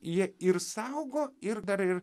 jie ir saugo ir dar ir